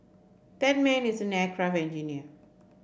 that man is an aircraft engineer